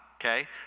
okay